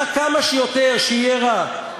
רק כמה שיותר יהיה רע.